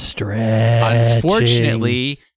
Unfortunately